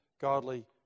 godly